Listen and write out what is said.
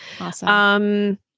Awesome